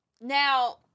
now